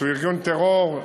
שהוא ארגון טרור,